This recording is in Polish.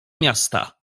miasta